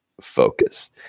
focus